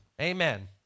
amen